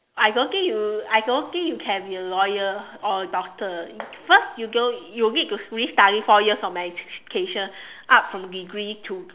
I don't think you I don't think you can be a lawyer or a doctor first you go you need to really study four years of medication up from a degree to